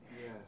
Yes